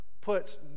puts